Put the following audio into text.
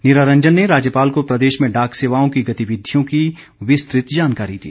नीरा रंजन ने राज्यपाल को प्रदेश में डाक सेवाओं की गतिविधियों की विस्तृत जानकारी दी